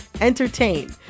entertain